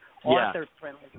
Author-friendly